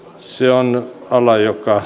on ala joka vielä on meillä